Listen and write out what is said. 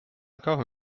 encore